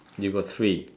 you got three